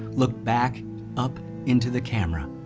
looked back up into the camera,